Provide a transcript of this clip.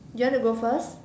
you want to go first